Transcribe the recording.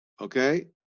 Okay